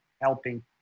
helping